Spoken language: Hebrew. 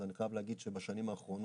אז אני חייב להגיד שבשנים האחרונות,